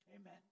Amen